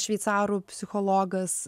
šveicarų psichologas